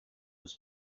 was